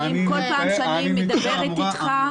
אני כל פעם שאני מדברת איתך.